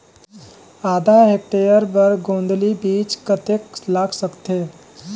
आधा हेक्टेयर बर गोंदली बीच कतेक लाग सकथे?